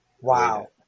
Wow